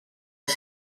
els